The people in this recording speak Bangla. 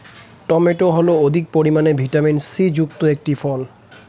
টমেটো হল অধিক পরিমাণে ভিটামিন সি যুক্ত একটি ফল